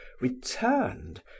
returned